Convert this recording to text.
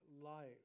life